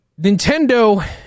Nintendo